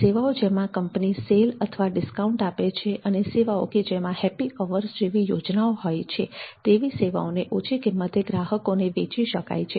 સેવાઓ જેમાં company sale અથવા ડિસ્કાઉન્ટ આપે છે અને સેવાઓ કે જેમાં "હેપ્પી અવર્સ" જેવી યોજનાઓ હોય છે તેવી સેવાઓને ઓછી કિંમતે ગ્રાહકોને વેચી શકાય છે